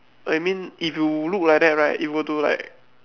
I mean if you look like that right it would to like